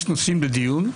יש נושאים לדיון,